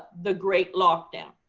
the great lockdown.